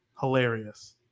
Hilarious